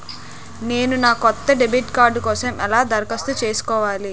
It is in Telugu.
నేను నా కొత్త డెబిట్ కార్డ్ కోసం ఎలా దరఖాస్తు చేసుకోవాలి?